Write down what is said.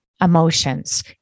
Emotions